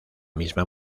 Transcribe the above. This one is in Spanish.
misma